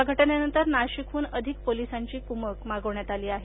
या घटनेनंतर नाशिकहून अधिक पोलिसांची कुमक मागवण्यात आली आहे